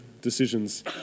decisions